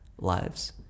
lives